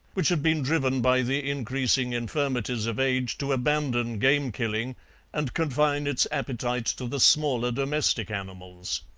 which had been driven by the increasing infirmities of age to abandon game-killing and confine its appetite to the smaller domestic animals.